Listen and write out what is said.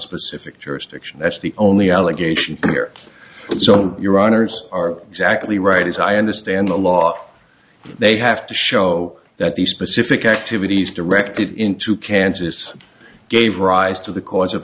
specific jurisdiction that's the only allegation here so your honors are exactly right as i understand the law they have to show that the specific activities directed into kansas gave rise to the cause of